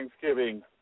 Thanksgiving